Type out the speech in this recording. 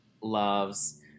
loves